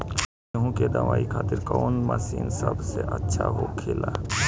गेहु के दऊनी खातिर कौन मशीन सबसे अच्छा होखेला?